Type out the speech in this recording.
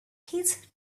his